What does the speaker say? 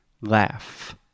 laugh